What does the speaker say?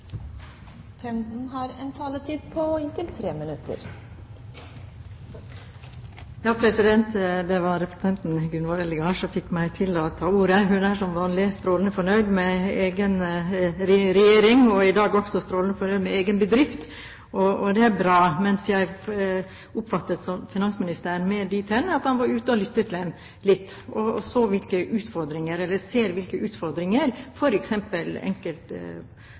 Det var representanten Gunvor Eldegard som fikk meg til å ta ordet. Hun er som vanlig strålende fornøyd med egen regjering og i dag også strålende fornøyd med egen bedrift. Det er bra. Men jeg oppfattet finansministeren mer dit hen at han var ute og lyttet litt og så på hvilke utfordringer